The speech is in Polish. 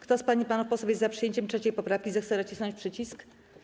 Kto z pań i panów posłów jest za przyjęciem 3. poprawki, zechce nacisnąć przycisk.